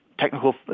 technical